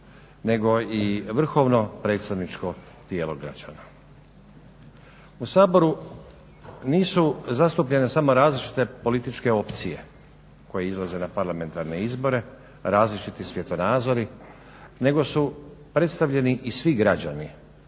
nego i vrhovno predstavničko tijelo građana. U Saboru nisu zastupljene samo različite političke opcije koje izlaze na parlamentarne izbore, različiti svjetonazori nego su predstavljeni i svi građani,